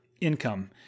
income